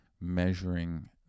measuring